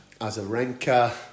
Azarenka